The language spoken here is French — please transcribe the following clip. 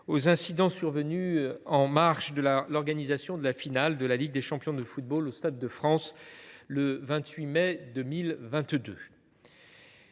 aux incidents survenus en marge de l’organisation de la finale de la Ligue des champions de football au Stade de France le 28 mai 2022.